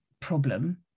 problem